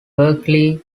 berkeley